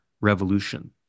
revolution